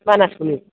मानासखौनो